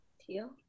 Teal